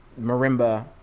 marimba